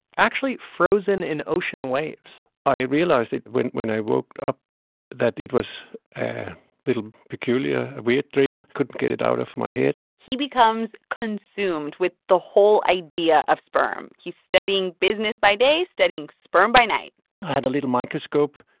actually frozen in ocean waves i realized it when when i woke up that it was a little peculiar, a weird dream. couldn't get it out of my head he becomes consumed with the whole idea of sperm. he's studying business by day, studying sperm by night i had a little microscope,